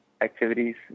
activities